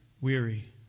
weary